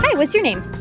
but what's your name?